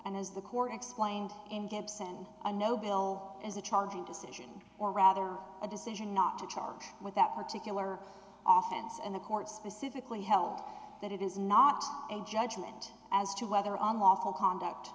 and as the court explained in gibson a no bill is a charging decision or rather a decision not to charge with that particular office and the court specifically held that it is not a judgment as to whether on lawful conduct